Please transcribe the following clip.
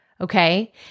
okay